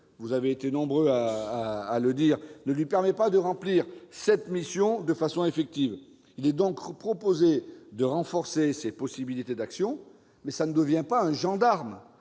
vous avez été nombre à le dire, ne lui permet pas de remplir cette mission de façon effective. Il est donc proposé de renforcer ses possibilités d'action, en vue d'en faire un conseiller